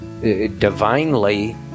divinely